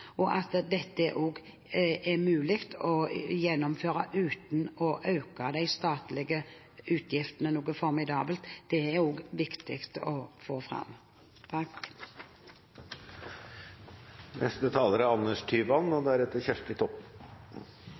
utbredt. At dette er mulig å gjennomføre uten å øke de statlige utgiftene formidabelt, er også viktig å få fram.